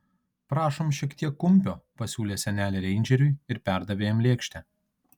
prašom šiek tiek kumpio pasiūlė senelė reindžeriui ir perdavė jam lėkštę